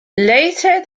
later